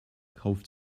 kauft